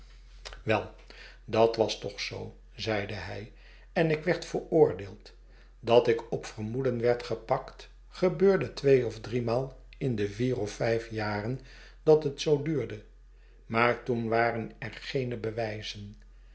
wel dat was toch zoo zeide hij en ik werd veroordeeld dat ik op vermoeden werd gepakt gebeurde twee of driemaal in de vier of vijf jaren dat het zoo duurde maar toen waren er geene bewyzen